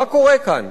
מה קורה כאן?